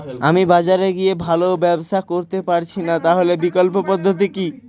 আমি বাজারে গিয়ে ভালো ব্যবসা করতে পারছি না তাহলে বিকল্প পদ্ধতি কি?